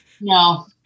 no